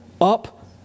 up